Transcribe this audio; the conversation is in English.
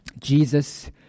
Jesus